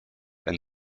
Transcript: and